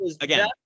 again